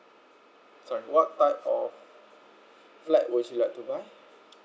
sorry what type of flat would you like to buy